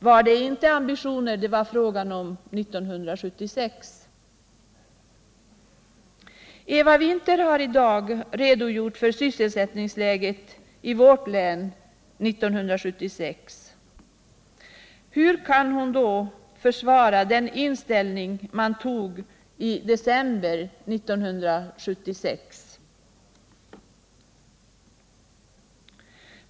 Var det inte ambitioner det var fråga om 1976? Eva Winther har i dag redogjort för sysselsättningsläget i vårt län 1976. Hur kan hon då försvara den inställning man hade i december 1976?